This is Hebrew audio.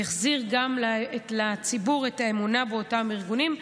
הוא יחזיר לציבור את האמון באותם ארגונים,